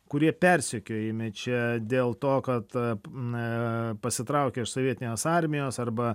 kurie persekiojami čia dėl to kad e pasitraukė sovietinės armijos arba